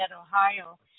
Ohio